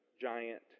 giant